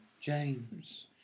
James